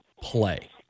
play